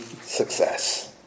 success